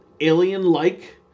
alien-like